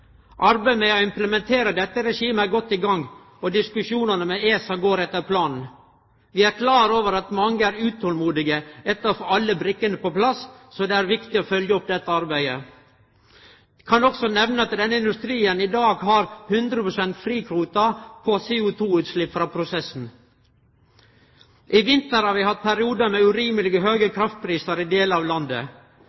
Arbeidet med å implementere dette regimet er godt i gang, og diskusjonane med ESA går etter planen. Vi er klare over at mange er utolmodige etter å få alle brikkene på plass, så det er viktig å følgje opp dette arbeidet. Eg kan også nemne at denne industrien i dag har 100 pst. frikvotar på CO2-utslepp frå prosessen. I vinter har vi hatt periodar med urimeleg høge